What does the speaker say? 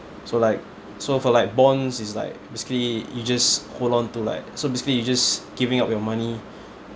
so like so for like bonds is like basically you just hold on to like so basically you just giving up your money